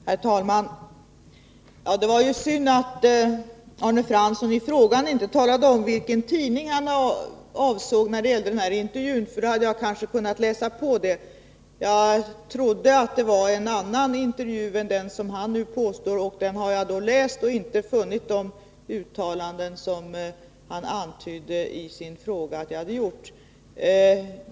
Herr talman! Det var synd att Arne Fransson i sin fråga inte talade om vilken tidning han avsåg när det gällde intervjun, för i så fall hade jag kanske kunnat läsa på. Jag trodde det var fråga om en annan intervju än den Arne Fransson nu åberopar. Jag har läst den intervju jag trodde avsågs men inte funnit de uttalanden som Arne Fransson antydde i sin fråga att jag hade gjort.